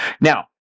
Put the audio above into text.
Now